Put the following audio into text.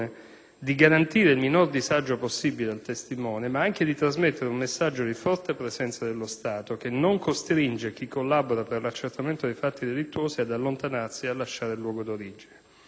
di garantire il minor disagio possibile al testimone, ma anche di trasmettere un messaggio di forte presenza dello Stato, che non costringe chi collabora per l'accertamento dei fatti delittuosi ad allontanarsi e a lasciare il luogo d'origine.